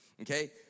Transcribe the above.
Okay